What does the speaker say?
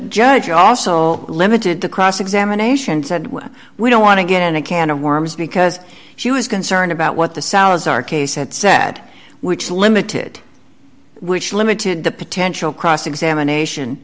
judge also limited to cross examination said well we don't want to get in a can of worms because she was concerned about what the salazar case had said which limited which limited the potential cross examination